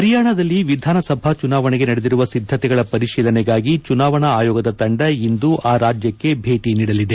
ಪರಿಯಾಣದಲ್ಲಿ ವಿಧಾನಸಭಾ ಚುನಾವಣೆಗೆ ನಡೆದಿರುವ ಸಿದ್ದತೆಗಳ ಪರಿಶೀಲನೆಗಾಗಿ ಚುನಾವಣಾ ಆಯೋಗದ ತಂಡ ಇಂದು ಆ ರಾಜ್ಯಕ್ಷೆ ಭೇಟಿ ನೀಡಲಿದೆ